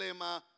problema